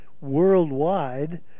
worldwide